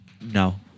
No